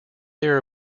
there